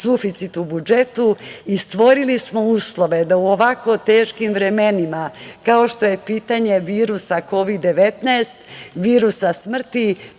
suficit u budžetu i stvorili smo uslove da u ovako teškim vremenima kao što je pitanje virusa Kovid-19, virusa smrti,